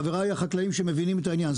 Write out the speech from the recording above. חבריי החקלאים שמבינים את העניין,